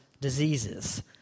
diseases